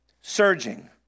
surging